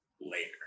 later